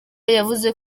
yavuze